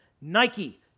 Nike